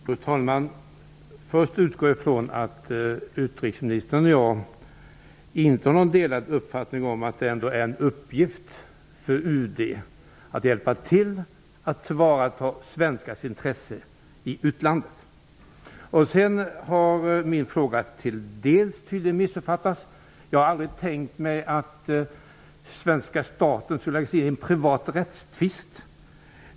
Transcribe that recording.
Fru talman! Först utgår jag ifrån att utrikesministern och jag inte har någon delad uppfattning om att det är en uppgift för UD att hjälpa till med att tillvarata svenskars intressen i utlandet. Sedan har tydligen min fråga delvis missuppfattats. Jag har aldrig tänkt mig att den svenska staten skall lägga sig i en privat rättstvist.